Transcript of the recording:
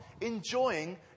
enjoying